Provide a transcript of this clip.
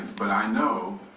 but i know,